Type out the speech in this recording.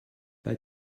bei